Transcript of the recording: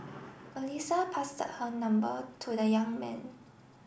Melissa passed her number to the young man